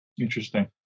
interesting